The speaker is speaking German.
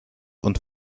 und